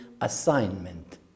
assignment